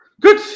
Good